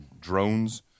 drones